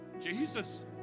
Jesus